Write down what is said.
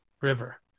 river